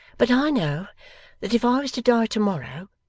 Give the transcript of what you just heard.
but i know that if i was to die to-morrow,